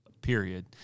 period